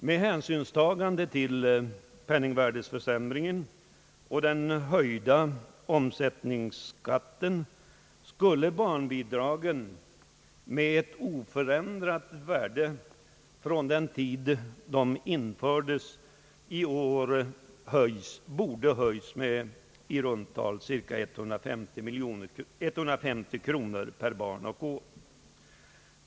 Med hänsynstagande till penningvärdeförsämringen och den höjda omsättningsskatten skulle barnbidragen, med oförändrat värde från den tid de infördes, i år bort höjas med i runt tal 150 kronor per barn och år.